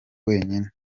wenyine